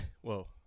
Whoa